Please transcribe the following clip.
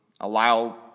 allow